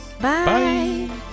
Bye